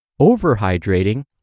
overhydrating